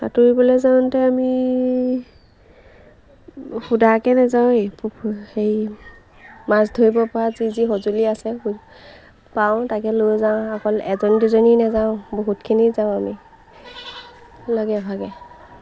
সাঁতুৰিবলৈ যাওঁতে আমি সুদাকে নেযাওঁৱে হেই মাছ ধৰিব পৰা যি যি সঁজুলি আছে পাওঁ তাকে লৈ যাওঁ অকল এজনী দুজনী নাযাওঁ বহুতখিনি যাওঁ আমি লগে ভাগে